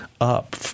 up